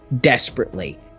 Desperately